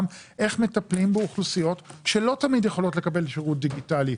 איך מטפלים באוכלוסיות שלא תמיד יכולות לקבל שירות דיגיטלי,